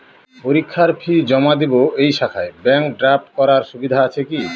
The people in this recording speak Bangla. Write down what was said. পরীক্ষার ফি জমা দিব এই শাখায় ব্যাংক ড্রাফট করার সুবিধা আছে কি?